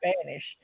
Spanish